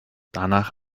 danach